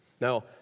Now